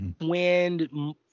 wind